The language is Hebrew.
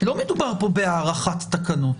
לא מדובר פה בהארכת תקנות.